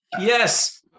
Yes